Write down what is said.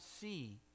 see